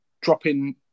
dropping